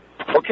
okay